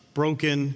broken